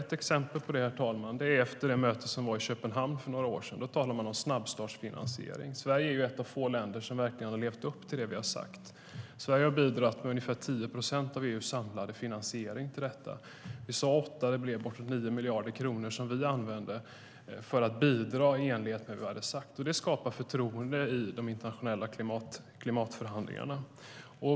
Ett exempel på det, herr talman, är det som har skett efter det möte som var i Köpenhamn för några år sedan. Då talade man om snabbstartsfinansiering. Sverige är ett av få länder som verkligen har levt upp till det som vi har sagt. Sverige har bidragit med ungefär 10 procent av EU:s samlade finansiering till detta. Vi sade 8 miljarder, och det blev uppemot 9 miljarder kronor som vi använde för att bidra i enlighet med vad vi hade sagt. Det skapar förtroende i de internationella klimatförhandlingarna.